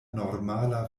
normala